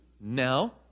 Now